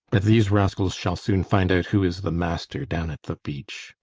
but these rascals shall soon find out who is the master down at the beach!